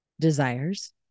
desires